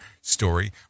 story